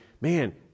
man